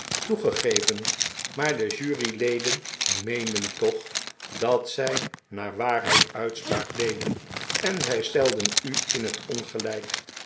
toegegeven maar de juryleden meenden toch dat zij naar waarheid uitspraak deden en zij stelden u in het ongelijk